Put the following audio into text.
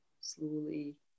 slowly